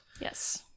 Yes